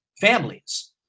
families